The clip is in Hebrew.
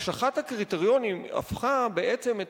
הקשחת הקריטריונים הפכה בעצם את